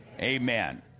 amen